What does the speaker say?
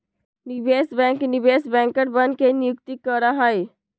निवेश बैंक निवेश बैंकरवन के नियुक्त करा हई